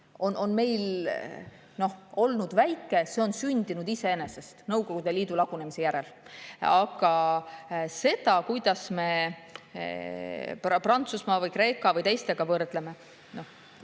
on meil olnud väike, see on sündinud iseenesest, Nõukogude Liidu lagunemise järel. Aga see, kuidas me ennast Prantsusmaa või Kreeka või teistega võrdleme – noh,